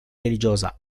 religiosa